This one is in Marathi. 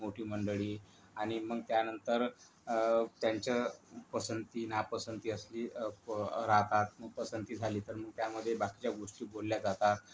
मोठी मंडळी आणि मग त्यानंतर त्यांच्या पसंती नापसंती असली प राहतात पसंती झाली तर म त्यामध्ये बाकीच्या गोष्टी बोलल्या जातात